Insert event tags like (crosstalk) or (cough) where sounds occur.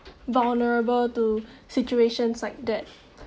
vulnerable to (breath) situations like that